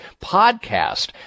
podcast